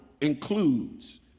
includes